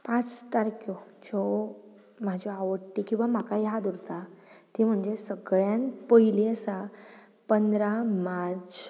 पांच तारख्यो ज्यो म्हाज्यो आवडटी किंवां म्हाका याद उरता त्यो म्हणजे सगळ्यांत पयली आसा पंदरा मार्च